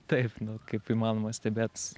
taip nu kaip įmanoma stebėt